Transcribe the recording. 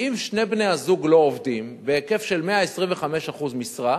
שאם שני בני-הזוג לא עובדים בהיקף של 125% משרה,